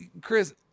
Chris